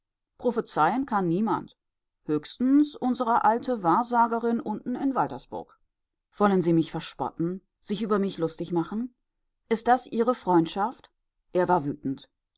prophezeien kann niemand höchstens unsere alte wahrsagerin unten in waltersburg wollen sie mich verspotten sich über mich lustig machen ist das ihre freundschaft er war wütend